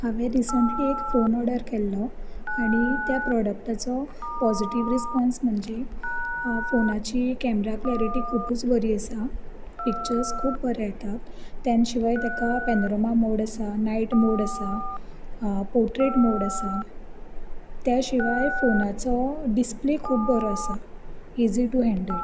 हांवें रिसेंट्ली एक phone order केल्लो आनी त्या प्रोडक्टाचो पॉझिटीव रिसपोंस म्हणजे फोनाची कॅमरा क्लेरीटी खूबच बरी आसा पिक्ट्चर्स खूब बरें येतात त्यान शिवाय ताका पॅनोरमा मोड आसा नायट मोड आसा पोरट्रेट मोड आसा त्या शिवाय फोनाचो डिस्प्ले खूब बरो आसा इसी टू हँडल